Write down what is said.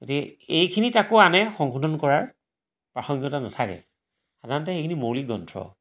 গতিকে এইখিনি তাকো আনে সংশোধন কৰাৰ প্ৰাসংগিকতা নাথাকে সাধাৰণতে এইখিনি মৌলিক গ্ৰন্থ